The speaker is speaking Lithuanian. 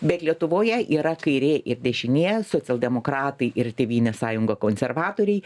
bet lietuvoje yra kairė ir dešinė socialdemokratai ir tėvynės sąjunga konservatoriai